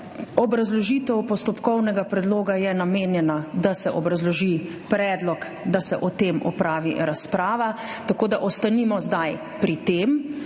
Obrazložitev postopkovnega predloga je namenjena, da se obrazloži predlog, da se o tem opravi razprava. Ostanimo zdaj pri tem